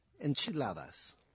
enchiladas